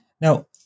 Now